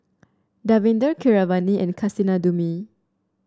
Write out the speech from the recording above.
Davinder Keeravani and Kasinadhuni